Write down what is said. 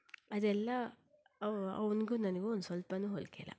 ಅದೆಲ್ಲ ಅವ್ ಅವನಿಗೂ ನನಗೂ ಒಂದು ಸ್ವಲ್ಪವೂ ಹೋಲಿಕೆ ಇಲ್ಲ